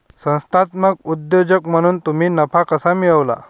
संस्थात्मक उद्योजक म्हणून तुम्ही नफा कसा मिळवाल?